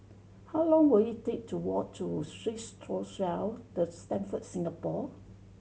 how long will it take to walk to Swissotel The Stamford Singapore